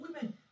women